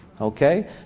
Okay